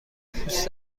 پوست